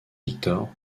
victor